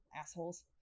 assholes